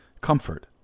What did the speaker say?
comfort